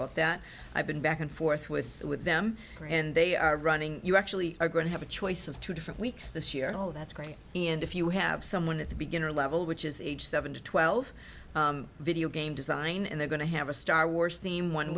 about that i've been back and forth with with them and they are running you actually are going to have a choice of two different weeks this year all that's going to be and if you have someone at the beginner level which is age seven to twelve video game design and they're going to have a star wars theme one